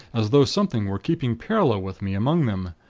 as though something were keeping parallel with me, among them.